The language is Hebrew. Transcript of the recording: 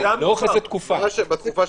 אני רציתי שנדבר על סעיפים.